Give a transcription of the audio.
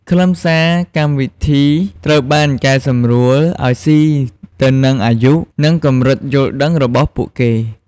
ខ្លឹមសារកម្មវិធីត្រូវបានកែសម្រួលឲ្យស៊ីទៅនឹងអាយុ និងកម្រិតយល់ដឹងរបស់ពួកគេ។